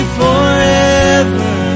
forever